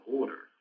order